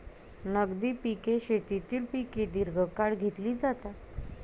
नगदी पिके शेतीतील पिके दीर्घकाळ घेतली जातात